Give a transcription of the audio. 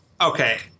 Okay